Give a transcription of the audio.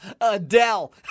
Adele